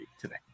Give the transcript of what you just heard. today